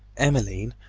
emmeline,